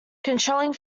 controlling